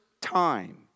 time